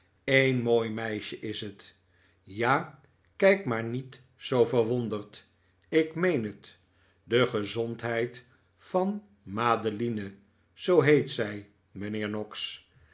een mooi meisje is het ja kijk maar niet zoo verwonderd ik meen het de gezondheid van madeline zoo heet zij mijnheer noggs